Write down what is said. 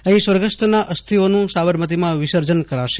અહી સ્વર્ગસ્થના અસ્થીઓનું સાબરમતીમાં વિસર્જન કરાશે